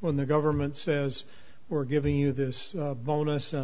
when the government says we're giving you this bonus